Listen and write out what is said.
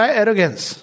arrogance